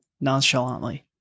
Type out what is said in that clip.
nonchalantly